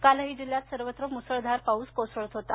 कालही जिल्ह्यात सर्वत्र मुसळधार पाऊस कोसळत होता